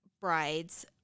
brides